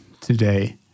today